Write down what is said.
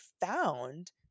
found